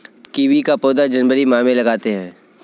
kiwi का पौधा जनवरी माह में लगाते हैं